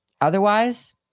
otherwise